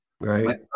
Right